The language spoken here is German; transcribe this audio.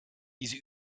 diese